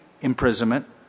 imprisonment